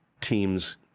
teams